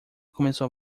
começou